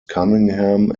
cunningham